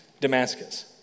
Damascus